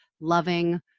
loving